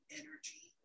energy